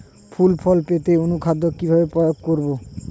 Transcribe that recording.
ফুল ফল পেতে অনুখাদ্য কিভাবে প্রয়োগ করব?